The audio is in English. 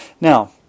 Now